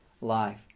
life